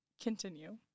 Continue